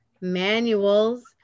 manuals